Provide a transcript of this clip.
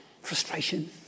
Frustration